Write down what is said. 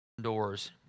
Doors